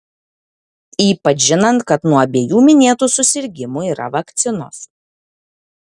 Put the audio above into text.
ypač žinant kad nuo abiejų minėtų susirgimų yra vakcinos